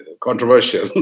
controversial